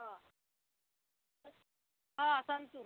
हा हो संतूर